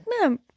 no